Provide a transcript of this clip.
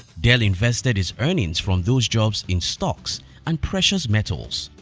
dell invested his earnings from those jobs in stocks and precious metals.